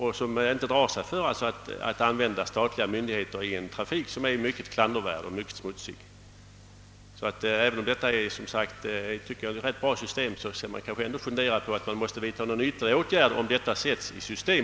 Dessa firmor drar sig inte för att använda statliga myndigheter i en trafik som är mycket klandervärd och mycket smutsig. Även om den metod som postverket tillämpar är rätt bra tycker jag alltså att man skall fundera över om ytterligare åtgärder måste vidtagas, när denna trafik på sätt som skett sätts i system.